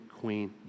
Queen